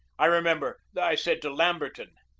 i remember that i said to lamberton,